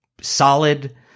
solid